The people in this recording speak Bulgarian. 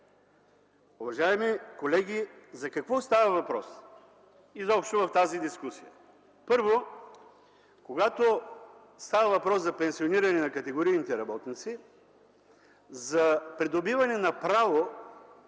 Уважаеми колеги, за какво става въпрос в тази дискусия? Първо, когато става въпрос за пенсиониране на категорийните работници, за придобиване на право